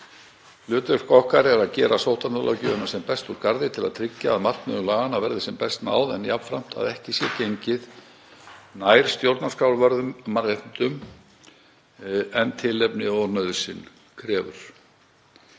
Hlutverk okkar er að gera sóttvarnalöggjöfina sem best úr garði til að tryggja að markmiðum laganna verði sem best náð en jafnframt að ekki sé gengið nær stjórnarskrárvörðum mannréttindum en tilefni er til og nauðsyn krefur.